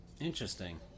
Interesting